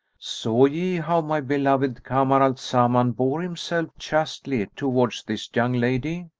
saw ye how my beloved kamar al-zaman bore himself chastely towards this young lady?